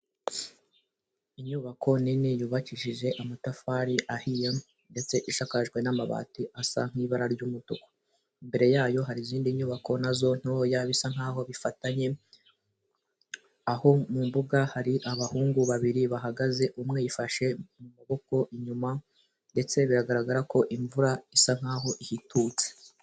Inyubako nini yubakishije amatafari ahiye, ndetse isakajwe n'amabati asa nk'ibara ry'umutuku, imbere yayo hari izindi nyubako na zo ntoya bisa nkaho bifatanye, aho mu mbuga hari abahungu babiri bahagaze, umwe yifashe mu maboko inyuma, ndetse biragaragara ko imvura isa nkaho ihitutse.